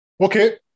Okay